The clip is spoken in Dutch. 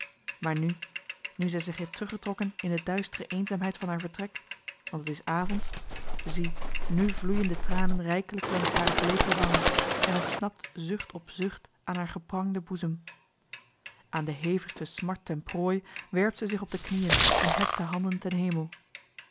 maar nu nu zij zich heeft teruggetrokken in de duistere eenzaamheid van haar vertrek want het is avond zie nu vloeien de tranen rijkelijk langs hare bleeke wangen en ontsnapt zucht op zucht aan haar geprangden boezem aan de hevigste smart ten prooi werpt zij zich op de knieën en heft de handen ten hemel